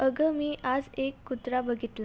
अगं मी आज एक कुत्रा बघितला